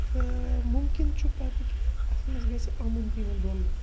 تہٕ مُمکِن چھُ پتہٕ کہِ اَتھ منٛز گَژھِ اَمُن تہِ یِمن دۄن